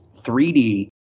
3D